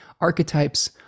archetypes